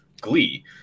glee